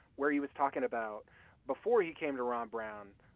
where he was talking about before he came to ron brown,